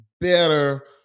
better